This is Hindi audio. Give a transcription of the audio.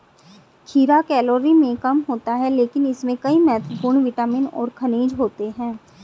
खीरा कैलोरी में कम होता है लेकिन इसमें कई महत्वपूर्ण विटामिन और खनिज होते हैं